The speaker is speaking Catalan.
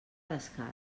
descalç